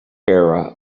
era